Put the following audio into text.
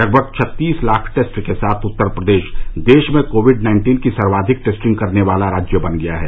लगभग छत्तीस लाख टेस्ट के साथ उत्तर प्रदेश देश में कोविड नाइन्टीन की सर्वाधिक टेस्टिंग करने वाला राज्य बन गया है